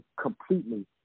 completely